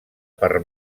per